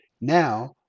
now